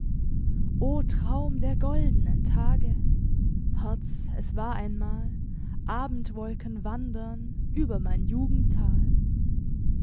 o traum der goldenen tage herz es war einmal abendwolken wandern über mein jugendtal